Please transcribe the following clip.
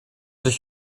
dich